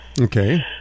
Okay